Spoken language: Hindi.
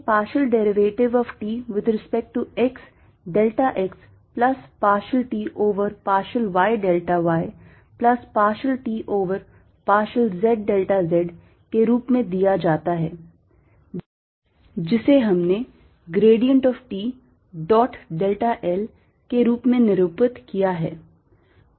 इसे partial derivative of T with respect to x delta x plus partial T over partial y delta y plus partial T over partial z delta z के रूप में दिया जाता है जिसे हमने gradient of T dot delta l के रूप में निरूपित किया है